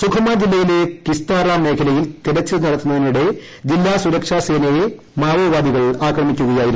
സുഖ്മ ജില്ലയിലെ കിസ്താറാം മേഖലയിൽ തിരച്ചിൽ നടത്തുന്നതിനിടെ ജില്ലാ സുരക്ഷാ സേനയെ മാവോവാദികൾ ആക്രമിക്കുകയായിരുന്നു